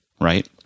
right